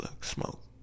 smoke